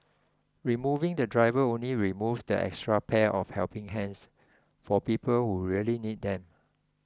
removing the driver only removes that extra pair of helping hands for people who really need them